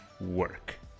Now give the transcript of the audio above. work